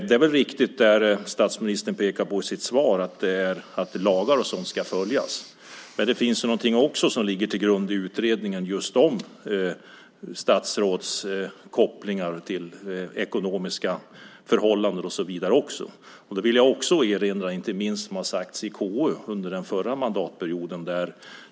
Det som statsministern pekar på i sitt svar är riktigt; lagar och sådant ska följas. Men det finns också någonting i utredningen som ligger till grund för just statsråds kopplingar till ekonomiska förhållanden och så vidare. Jag vill erinra om vad som har sagts under den förra mandatperioden, inte minst i KU.